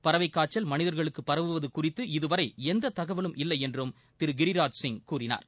பறவைக் காய்ச்சல் மனிதர்களுக்கு பரவுவது குறித்து இதுவரை எந்தத் தகவலும் இல்லை என்றும் திரு கிரிராஜ் சிங் கூறினார்